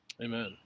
Amen